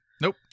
Nope